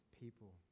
people